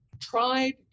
tried